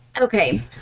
Okay